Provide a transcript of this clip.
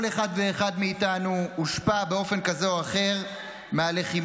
כל אחד ואחד מאיתנו הושפע באופן כזה או אחר מהלחימה